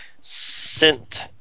sent